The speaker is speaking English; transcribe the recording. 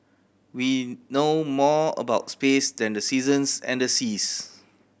we know more about space than the seasons and the seas